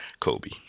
Kobe